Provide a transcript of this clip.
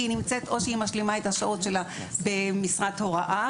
כי או שהיא משלימה את השעות שלה במשרת הוראה,